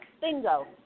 bingo